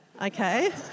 Okay